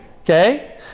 okay